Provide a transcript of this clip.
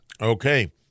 Okay